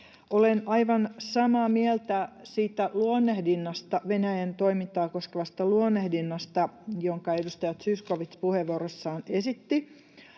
luonnehdinnasta, Venäjän toimintaa koskevasta luonnehdinnasta, jonka edustaja Zyskowicz puheenvuorossaan esitti.